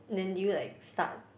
then did you like start